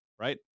right